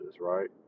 right